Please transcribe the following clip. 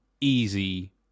easy